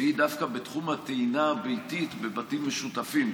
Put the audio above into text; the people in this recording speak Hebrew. והיא דווקא בתחום הטעינה הביתית בבתים משותפים,